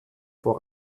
vor